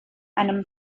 einem